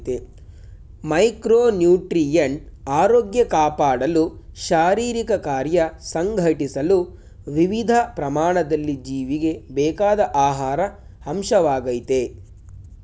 micronutrient ಆರೋಗ್ಯ ಕಾಪಾಡಲು ಶಾರೀರಿಕಕಾರ್ಯ ಸಂಘಟಿಸಲು ವಿವಿಧ ಪ್ರಮಾಣದಲ್ಲಿ ಜೀವಿಗೆ ಬೇಕಾದ ಆಹಾರ ಅಂಶವಾಗಯ್ತೆ